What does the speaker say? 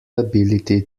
ability